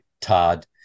Todd